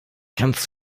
kannst